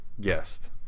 guest